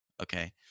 okay